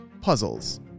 puzzles